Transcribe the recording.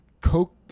Coke